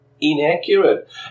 inaccurate